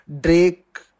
Drake